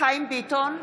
חיים ביטון,